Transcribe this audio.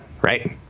right